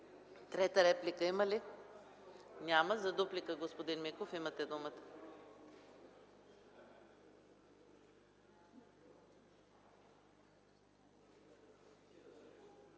Трета реплика има ли? Няма. За дуплика – господин Миков, имате думата.